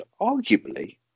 arguably